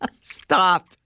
Stop